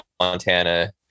montana